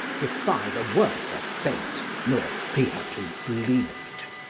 defy the worst of fate, nor fear to bleed.